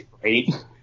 great